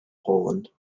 poland